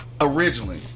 originally